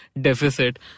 deficit